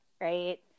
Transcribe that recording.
right